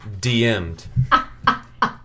DM'd